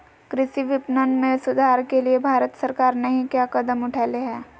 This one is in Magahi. कृषि विपणन में सुधार के लिए भारत सरकार नहीं क्या कदम उठैले हैय?